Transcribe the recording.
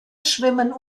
schwimmen